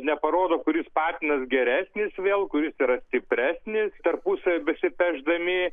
neparodo kuris patinas geresnis vėl kuris yra stipresnis tarpusavy besipešdami